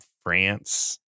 France